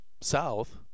south –